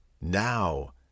Now